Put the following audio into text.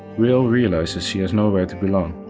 re-l realizes she has nowhere to belong,